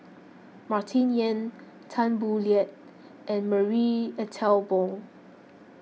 Martin Yan Tan Boo Liat and Marie Ethel Bong